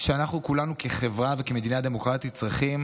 שאנחנו כולנו כחברה וכמדינה דמוקרטית צריכים